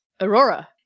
Aurora